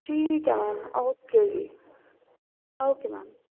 ਠੀਕ ਹੈ ਓਕੇ ਜੀ ਓਕੇ ਮੈਮ